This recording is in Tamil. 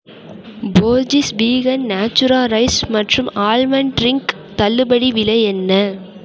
போர்ஜீஸ் டீகன் நேச்சுரா ரைஸ் மற்றும் ஆல்மண்ட் ட்ரின்க் தள்ளுபடி விலை என்ன